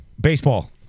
Baseball